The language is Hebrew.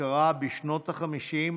וקרה בשנות החמישים